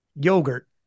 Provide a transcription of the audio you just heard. yogurt